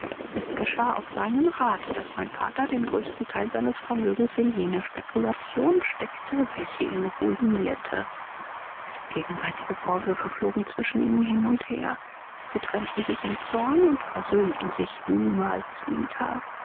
es geschah auf seinen rat daß mein vater den größten teil seines vermögens in jene spekulation steckte welche ihn ruinierte gegenseitige vorwürfe flogen zwischen ihnen hin und her sie trennten sich im zorn und versöhnten sich niemals wieder